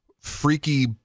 freaky